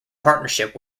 partnership